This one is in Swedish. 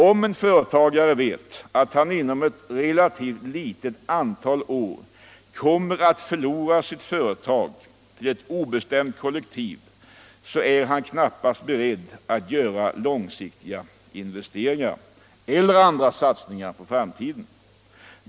Om en företagare vet att han inom ett relativt litet antal år kommer att förlora sitt företag till ett obestämt kollektiv är han knappast beredd att göra långsiktiga investeringar eller andra satsningar för framtiden.